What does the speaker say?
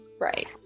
Right